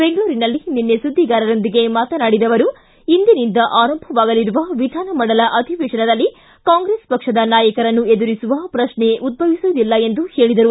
ಬೆಂಗಳೂರಿನಲ್ಲಿ ನಿನ್ನೆ ಸುದ್ದಿಗಾರರೊಂದಿಗೆ ಆವರು ಇಂದಿನಿಂದ ಆರಂಭವಾಗಲಿರುವ ವಿಧಾನಮಂಡಲ ಅಧಿವೇಶನದಲ್ಲಿ ಕಾಂಗ್ರೆಸ್ ಪಕ್ಷದ ನಾಯಕರನ್ನು ಎದುರಿಸುವ ಪ್ರಶ್ನೆಯೇ ಉದ್ದವಿಸುವುದಿಲ್ಲ ಎಂದು ಹೇಳದರು